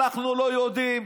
אנחנו לא יודעים,